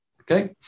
Okay